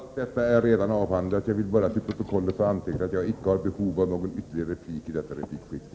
Herr talman! Allt detta är redan avhandlat. Jag vill bara till protokollet få antecknat att jag icke har behov av någon ytterligare replik i detta replikskifte.